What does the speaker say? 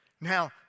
Now